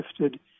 shifted